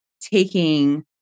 taking